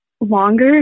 longer